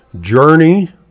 journey